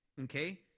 okay